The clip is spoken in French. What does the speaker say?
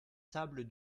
sables